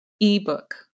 ebook